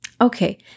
Okay